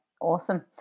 awesome